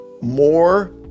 more